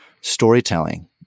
storytelling